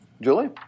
Julie